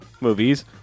movies